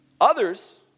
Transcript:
Others